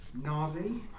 Na'Vi